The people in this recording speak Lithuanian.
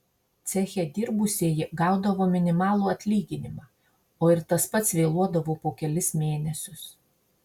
ceche dirbusieji gaudavo minimalų atlyginimą o ir tas pats vėluodavo po kelis mėnesius